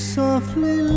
softly